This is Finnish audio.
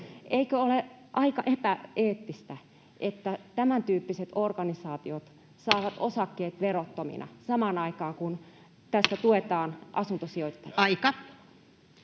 Eikö ole aika epäeettistä, että tämän tyyppiset organisaatiot saavat osingot verottomina samaan aikaan, kun tässä tuetaan asuntosijoittajia?